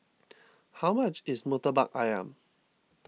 how much is Murtabak Ayam